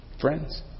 friends